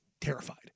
terrified